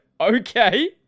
okay